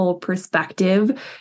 perspective